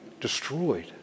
destroyed